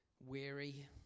Weary